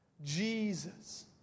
Jesus